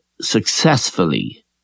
successfully